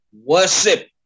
Worship